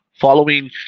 following